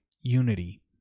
unity